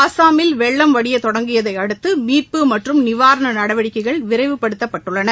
அஸ்ஸாமில் வெள்ளம் வடியத் தொடங்கியதை அடுத்து மீட்பு மற்றும் நிவாரண நடவடிக்கைகள் விரைவுபடுத்தப்பட்டுள்ளன